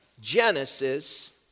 Genesis